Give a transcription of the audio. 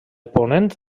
ponent